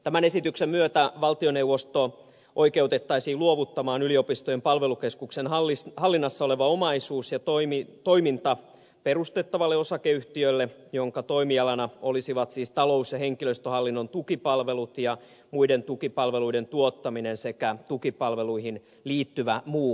tämän esityksen myötä valtioneuvosto oikeutettaisiin luovuttamaan yliopistojen palvelukeskuksen hallinnassa oleva omaisuus ja toiminta perustettavalle osakeyhtiölle jonka toimialana olisivat siis talous ja henkilöstöhallinnon tukipalvelut ja muiden tukipalveluiden tuottaminen sekä tukipalveluihin liittyvä muu liiketoiminta